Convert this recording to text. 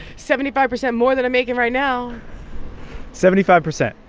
seventy-five percent more than i'm making right now seventy-five percent?